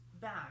back